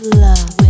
love